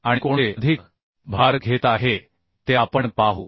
आणि कोणते अधिक भार घेत आहे ते आपण पाहू